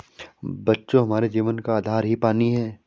बच्चों हमारे जीवन का आधार ही पानी हैं